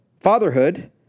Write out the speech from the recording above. fatherhood